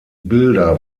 bilder